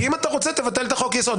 כי אם אתה רוצה תבטל את חוק היסוד.